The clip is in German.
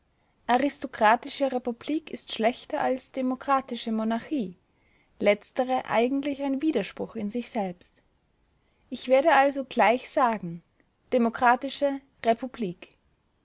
aristokratische republik ist schlechter als demokratische monarchie letztere eigentlich ein widerspruch in sich selbst ich werde also gleich sagen demokratische republik